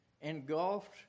engulfed